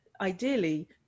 ideally